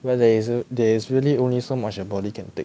where there is a there is really only so much your body can take